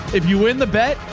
if you win the bet,